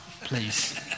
please